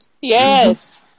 Yes